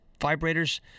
vibrators